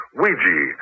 Ouija